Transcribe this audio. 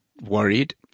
worried